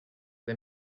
the